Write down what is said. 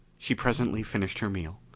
she presently finished her meal.